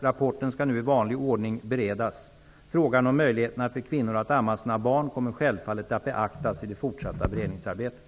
Rapporten skall nu i vanlig ordning beredas. Frågan om möjligheterna för kvinnor att amma sina barn kommer självfallet att beaktas i det fortsatta beredningsarbetet.